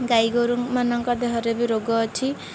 ଗାଈ ଗୋରୁମାନଙ୍କ ଦେହରେ ବି ରୋଗ ଅଛି